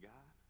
God